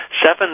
Seven